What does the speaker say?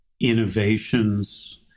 innovations